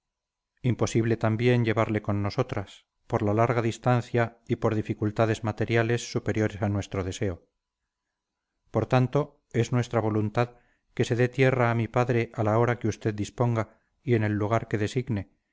imposible también llevarle con nosotras por la larga distancia y por dificultades materiales superiores a nuestro deseo por tanto es nuestra voluntad que se dé tierra a mi padre a la hora que usted disponga y en el lugar que designe